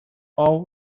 all